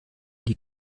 die